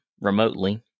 remotely